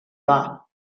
bas